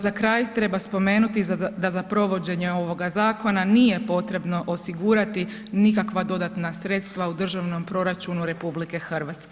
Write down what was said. Za kraj treba spomenuti da za provođenje ovoga zakona nije potrebno osigurati nikakva dodatna sredstva u Državnom proračunu RH.